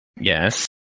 Yes